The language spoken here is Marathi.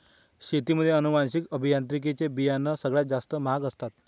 शेतीमध्ये अनुवांशिक अभियांत्रिकी चे बियाणं सगळ्यात जास्त महाग असतात